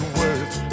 words